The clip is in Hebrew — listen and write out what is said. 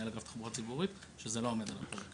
מנהל אגף תחבורה ציבורית, שזה לא עומד על הפרק.